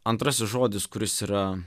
antrasis žodis kuris yra